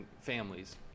families